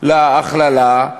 על ההכללה,